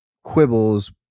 Quibbles